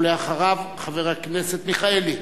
אחריו, חבר הכנסת מיכאלי,